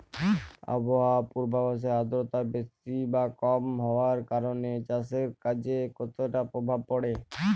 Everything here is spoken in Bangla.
আবহাওয়ার পূর্বাভাসে আর্দ্রতা বেশি বা কম হওয়ার কারণে চাষের কাজে কতটা প্রভাব পড়ে?